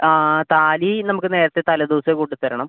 ആ താലി നമുക്ക് നേരത്തെ തലേ ദിവസം കൊണ്ടുത്തരണം